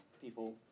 people